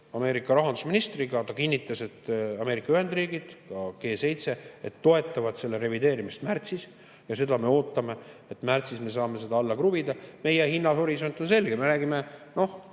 Ühendriikide rahandusministriga. Ta kinnitas, et Ameerika Ühendriigid, ka G7, toetavad selle revideerimist märtsis. Ja seda me ootame, et märtsis me saame seda alla kruvida. Meie hinnahorisont on selge: me räägime